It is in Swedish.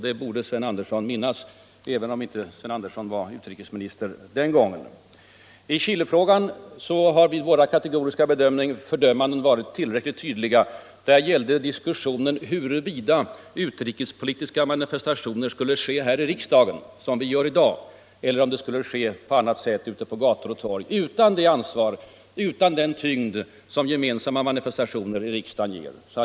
Det borde Sven Andersson minnas även om han inte var utrikesminister den gången. I Chilefrågan har våra kategoriska fördömanden varit tillräckligt tydliga. Där gällde diskussionen huruvida utrikespolitiska manifestationer skulle ske här i riksdagen, som i dag, eller på annat sätt, ute på gator och torg, utan det ansvar och utan den tyngd som gemensamma manifestationer i riksdagen ger.